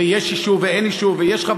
ויש יישוב ואין יישוב,